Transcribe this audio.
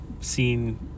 seen